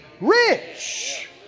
rich